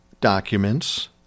documents